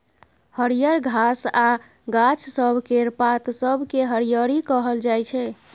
हरियर घास आ गाछ सब केर पात सबकेँ हरियरी कहल जाइ छै